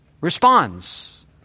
responds